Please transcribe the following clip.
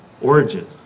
origin